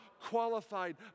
qualified